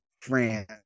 France